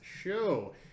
Show